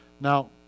Now